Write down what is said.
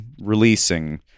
releasing